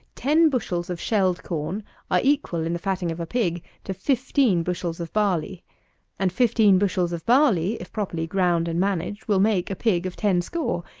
ten bushels of shelled corn are equal, in the fatting of a pig, to fifteen bushels of barley and fifteen bushels of barley, if properly ground and managed, will make a pig of ten score,